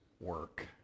work